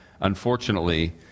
unfortunately